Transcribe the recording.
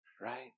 right